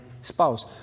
spouse